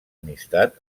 amistat